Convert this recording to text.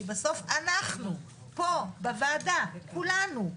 כי בסוף אני אנחנו פה בוועדה כולנו,